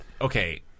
Okay